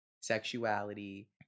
sexuality